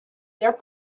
their